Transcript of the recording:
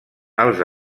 els